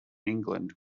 england